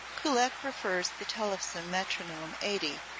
kullak prefers the tellefsen metronome eighty,